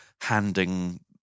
handing